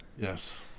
Yes